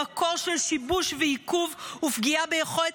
למקור של שיבוש ועיכוב ופגיעה ביכולת